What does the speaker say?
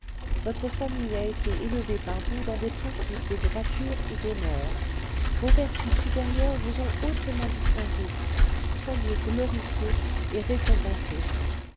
votre famille a été élevée par vous dans des principes de droiture et d'honneur vos vertus supérieures vous ont hautement distingué soyez glorifié et récompensé